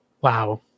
Wow